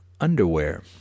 underwear